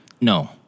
No